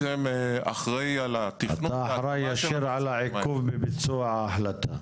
אתה אחראי ישיר על העיכוב בביצוע ההחלטה.